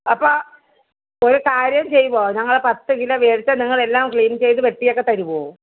അപ്പം ഒരു കാര്യം ചെയ്യുമോ ഞങ്ങൾ പത്ത് കിലോ മേടിച്ചാൽ നിങ്ങൾ എല്ലാം ക്ലീൻ ചെയ്ത് വെട്ടി ഒക്കെ തരുമോ